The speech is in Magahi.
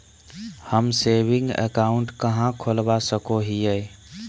हम सेविंग अकाउंट कहाँ खोलवा सको हियै?